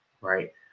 Right